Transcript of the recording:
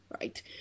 right